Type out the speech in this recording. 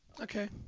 Okay